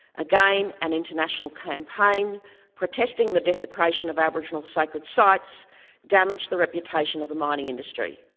again, an international campaign protesting the desecration of aboriginal sacred sites damaged the reputation of the mining industry.